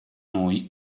noi